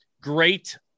great